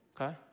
Okay